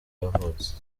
yavutse